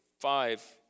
five